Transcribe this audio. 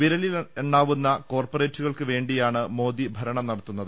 വിരലി ലെണ്ണാവുന്ന കോർപ്പറേറ്റുകൾക്കു വേണ്ടിയാണ് മോദി ഭരണം നടത്തുന്നത്